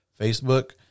Facebook